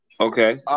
Okay